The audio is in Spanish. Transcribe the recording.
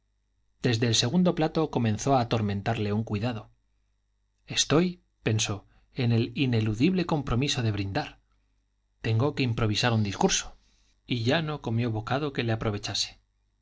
desde el segundo plato comenzó a atormentarle un cuidado estoy pensó en el ineludible compromiso de brindar tengo que improvisar un discurso y ya no comió bocado que le aprovechase